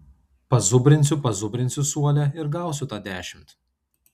pazubrinsiu pazubrinsiu suole ir gausiu tą dešimt